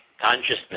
consciousness